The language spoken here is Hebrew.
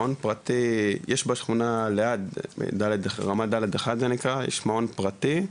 יש בשכונה רמה ד'/1 זה נקרא, יש מעון פרטי,